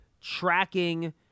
tracking